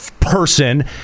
person